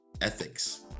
ethics